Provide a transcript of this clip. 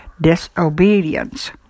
disobedience